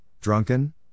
drunken